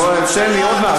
יואל, תן לי.